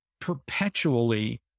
perpetually